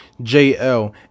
jl